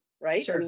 right